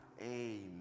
Amen